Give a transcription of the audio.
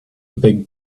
big